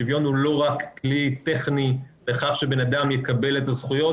השוויון הוא לא רק כלי טכני לכך שבן אדם יקבל את הזכויות,